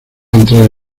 entrar